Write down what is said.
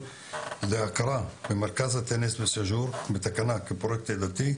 להכרה במרכז הטניס בסאג'ור בתקנה כפרויקט עדתי,